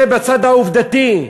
זה בצד העובדתי.